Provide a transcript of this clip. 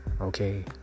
okay